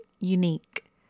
unique